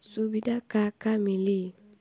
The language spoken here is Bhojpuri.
सुविधा का का मिली?